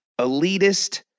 elitist